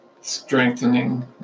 strengthening